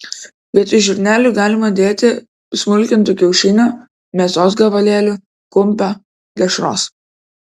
vietoj žirnelių galima dėti smulkintų kiaušinių mėsos gabalėlių kumpio dešros